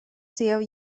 sieva